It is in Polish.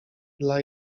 dla